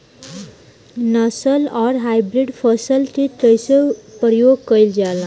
नस्ल आउर हाइब्रिड फसल के कइसे प्रयोग कइल जाला?